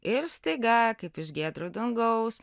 ir staiga kaip iš giedro dangaus